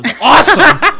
awesome